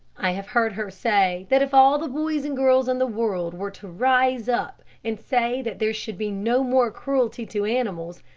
i have heard her say that if all the boys and girls in the world were to rise up and say that there should be no more cruelty to animals,